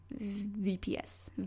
VPS